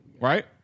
Right